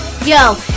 Yo